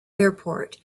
airport